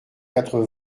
quatre